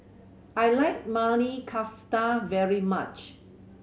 I like Maili Kofta very much